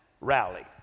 rally